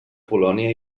polònia